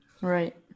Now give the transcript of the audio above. right